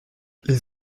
les